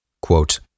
Quote